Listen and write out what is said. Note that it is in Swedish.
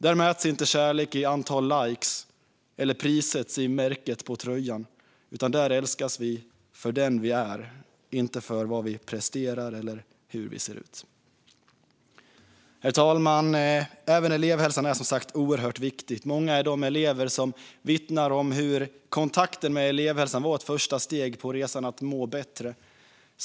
Där mäts inte kärlek i antalet likes eller prissätts i märket på tröjan. Där älskas vi för den vi är, inte för vad vi presterar eller hur vi ser ut. Herr talman! Även elevhälsan är oerhört viktig. Många är de elever som vittnar om hur kontakten med elevhälsan var ett första steg på resan att må bättre.